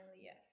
yes